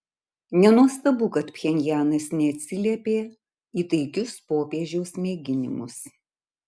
nenuostabu kad pchenjanas neatsiliepė į taikius popiežiaus mėginimus